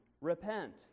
repent